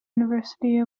university